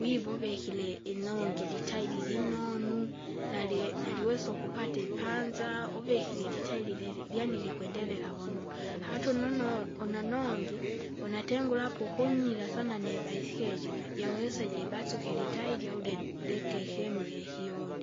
Wiva uvikire inongi ilitairi linonu, nali- naliwesa ukupata ipanza, uvikire ilitairi lili lyani likwendelela vunonu, ata ununu unanongi, unatengura apa ukunyira sana nibaiskeri najiwesa jilibasukeri ilitairi au lin- liki- ikinu kikyoni.